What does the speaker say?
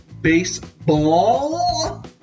baseball